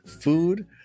food